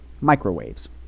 microwaves